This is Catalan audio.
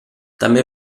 també